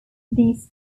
these